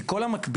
כי כל המקבילות,